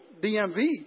DMV